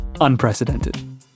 unprecedented